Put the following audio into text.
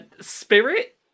spirit